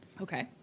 Okay